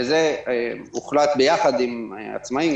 וזה הוחלט ביחד עם העצמאיים.